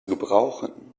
gebrauchen